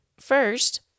First